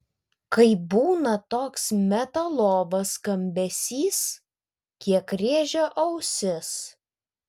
kai būna toks metalovas skambesys kiek rėžia ausis